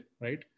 right